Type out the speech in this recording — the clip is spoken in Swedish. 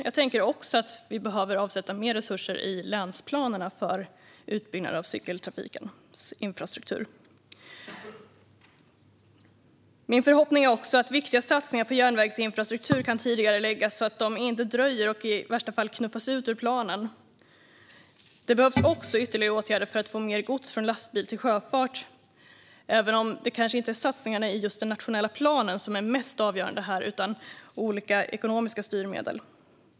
Jag tänker också att vi behöver avsätta mer resurser i länsplanerna för utbyggnad av cykeltrafikens infrastruktur. Min förhoppning är att viktiga satsningar på järnvägsinfrastruktur kan tidigareläggas, så att de inte dröjer och i värsta fall knuffas ut ur planen. Det behövs också ytterligare åtgärder för att överföra mer gods från lastbil till sjöfart, även om det kanske inte är satsningarna i just den nationella planen som är mest avgörande här utan olika ekonomiska styrmedel.